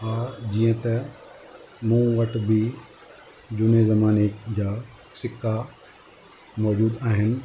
हा जीअं त मूं वटि बि झूने ज़माने जा सिका मौज़ूद आहिनि